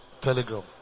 Telegram